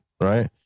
Right